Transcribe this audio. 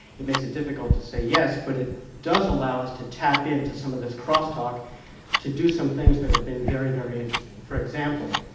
it makes it difficult to say yes, but it does allow us to tap into some of this cross talk to do some things that have been very, very interesting. for example,